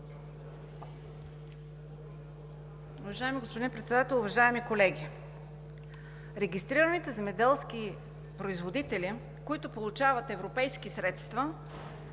Уважаеми господин Председател, уважаеми колеги! Регистрираните земеделски производители, които получават европейски средства,